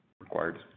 required